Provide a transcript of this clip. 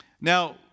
Now